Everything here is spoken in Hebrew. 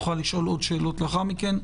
נוכל לשאול עוד שאלות לאחר מכן.